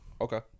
Okay